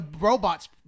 robots